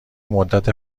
مدت